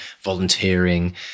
volunteering